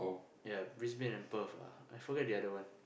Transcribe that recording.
ya Brisbane and Perth ah I forget the other one